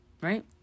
right